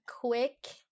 quick